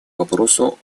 вопросу